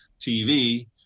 TV